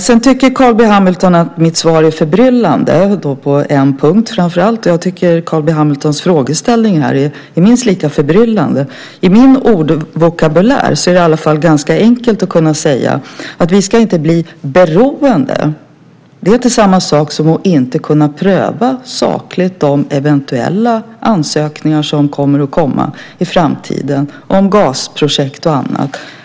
Carl B Hamilton tycker att mitt svar är förbryllande framför allt på en punkt. Jag tycker att Carl B Hamiltons frågeställning här är minst lika förbryllande. Enligt min vokabulär är det ganska enkelt att säga att vi inte ska bli beroende. Det är inte samma sak som att inte sakligt kunna pröva de eventuella ansökningar som kommer att komma i framtiden om gasprojekt och annat.